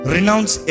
Renounce